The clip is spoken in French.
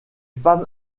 femmes